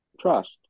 Trust